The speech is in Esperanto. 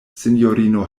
sinjorino